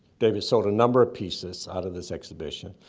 david sold a number of pieces out of this exhibition.